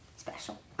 special